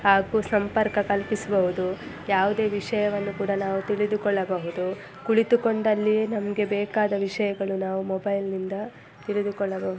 ಹಾಗೂ ಸಂಪರ್ಕ ಕಲ್ಪಿಸಬಹುದು ಯಾವುದೇ ವಿಷಯವನ್ನು ಕೂಡ ನಾವು ತಿಳಿದುಕೊಳ್ಳಬಹುದು ಕುಳಿತುಕೊಂಡಲ್ಲಿಯೇ ನಮಗೆ ಬೇಕಾದ ವಿಷಯಗಳು ನಾವು ಮೊಬೈಲ್ನಿಂದ ತಿಳಿದುಕೊಳ್ಳಬಹುದು